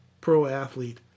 pro-athlete